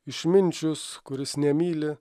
išminčius kuris nemyli